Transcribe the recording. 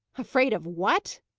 afraid of what?